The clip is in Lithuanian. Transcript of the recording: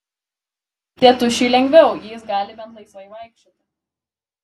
tėtušiui lengviau jis gali bent laisvai vaikščioti